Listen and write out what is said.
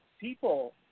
people